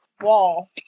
wall